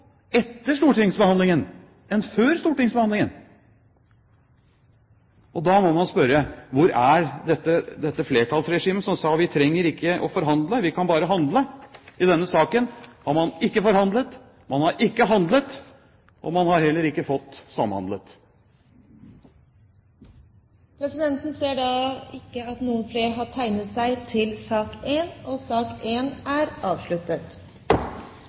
etter stortingsbehandlingen enn før stortingsbehandlingen. Da må man spørre: Hvor er dette flertallsregimet som sa: Vi trenger ikke å forhandle, vi kan bare handle. I denne saken har man ikke forhandlet, man har ikke handlet, og man har heller ikke fått samhandlet. Flere har ikke bedt om ordet til sak nr. 1. Etter ønske fra helse- og